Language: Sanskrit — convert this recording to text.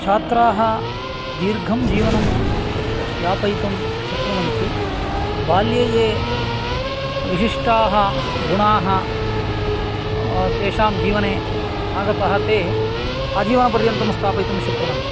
छात्राः दीर्घं जीवनं यापयितुं शक्नुवन्ति बाल्ये ये विशिष्टाः गुणाः तेषां जीवने आगतः ते आजीवनपर्यन्तं स्थापयितुं शक्नुवन्ति